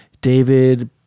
David